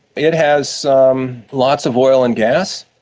it has um lots of oil and gas,